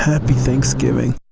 happy thanksgiving